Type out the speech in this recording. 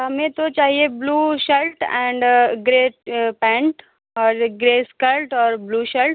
हमें तो चाहिए blue shirt and grey pant और ग्रे इस्कल्ट और ब्लू शल्ट